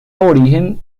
aborigen